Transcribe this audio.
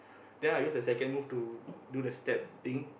then I use the second move to do the step thing